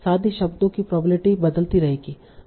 साथ ही शब्दों की प्रोबेबिलिटी बदलती रहेंगी